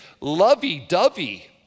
lovey-dovey